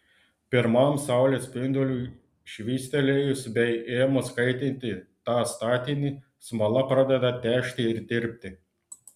pirmam saulės spinduliui švystelėjus bei ėmus kaitinti tą statinį smala pradeda težti ir tirpti